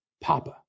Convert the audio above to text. Papa